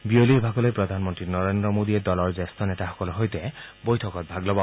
বিয়লিৰ ভাগলৈ প্ৰধানমন্ত্ৰী নৰেন্দ্ৰ মোডীয়ে দলৰ জ্যেষ্ঠ নেতাসকলৰ বৈঠকত ভাগ ল'ব